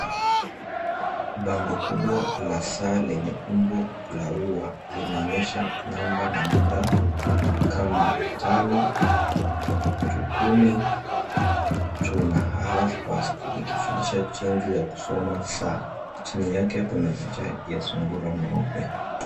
Bango kubwa la saa lenye umbo la ua linaonyesha namba na muda kama tano tu kumi, tuna half past ikifundisha jinsi ya kusoma saa. Chini yake kuna picha ya sungura mweupe.